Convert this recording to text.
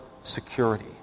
security